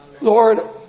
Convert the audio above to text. Lord